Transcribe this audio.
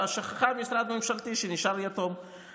יודע, אלקין, מה שאתה עשית יירשם בדפי ההיסטוריה.